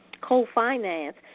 co-finance